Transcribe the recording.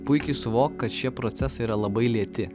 puikiai suvokt kad šie procesai yra labai lėti